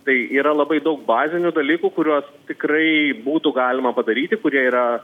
tai yra labai daug bazinių dalykų kuriuos tikrai būtų galima padaryti kurie yra